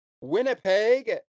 Winnipeg